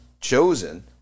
chosen